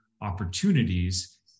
opportunities